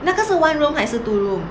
那个是 one room 还是 two room